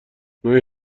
نوعی